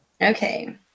Okay